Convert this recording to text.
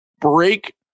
Break